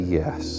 yes